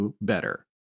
better